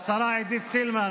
השרה עידית סילמן,